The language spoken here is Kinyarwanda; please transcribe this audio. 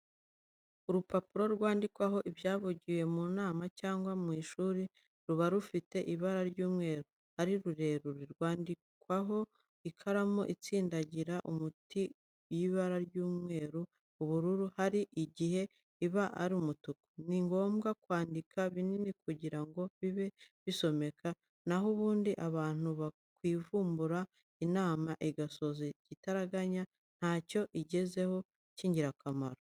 Urupapuro rwandikwaho ibyavugiwe mu nama cyangwa mu ishuri, ruba rufite ibara ry'umweru, ari rurerure, rwandikishwaho ikaramu itsindagira umuti y'ibara ry'umweru, ubururu, hari n'igihe iba ari umutuku. Ni ngombwa kwandika binini kugira ngo bibe bisomeka, na ho ubundi abantu bakwivumbura, inama igasoza igitaraganya ntacyo igezeho cy'ingirakamaro.